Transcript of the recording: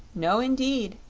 no indeed,